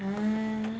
mm